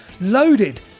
loaded